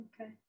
okay